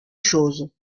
chose